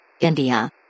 India